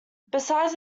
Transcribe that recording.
besides